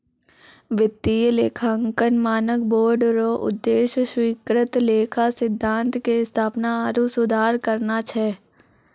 वित्तीय लेखांकन मानक बोर्ड रो उद्देश्य स्वीकृत लेखा सिद्धान्त के स्थापना आरु सुधार करना छै